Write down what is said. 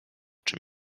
czym